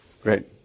Great